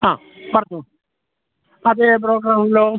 ആ പറഞ്ഞോ അതെ ബ്രോക്കർ ആണല്ലോ